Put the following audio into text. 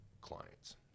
clients